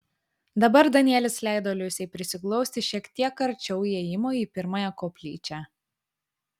dabar danielis leido liusei prisiglausti šiek tiek arčiau įėjimo į pirmąją koplyčią